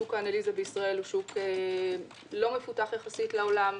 שוק האנליזה בישראל הוא שוק לא מפותח יחסית לעולם,